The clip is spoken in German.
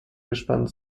gespannt